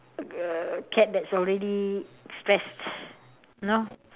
a cat that's already stressed you know